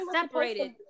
separated